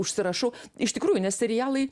užsirašau iš tikrųjų nes serialai